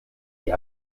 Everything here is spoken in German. die